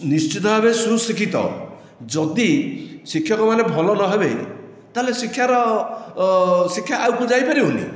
ନିଶ୍ଚିତ ଭାବେ ଶୁଶିକ୍ଷିତ ଯଦି ଶିକ୍ଷକମାନେ ଭଲ ନହେବେ ତାହେଲେ ଶିକ୍ଷାର ଶିକ୍ଷା ଆଗକୁ ଯାଇ ପାରିବନି